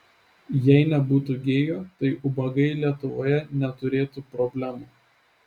jei nebūtų gėjų tai ubagai lietuvoje neturėtų problemų